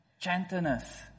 gentleness